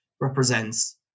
represents